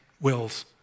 wills